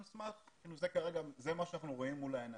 על סמך זה שזה מה שאנחנו רואים מול העיניים.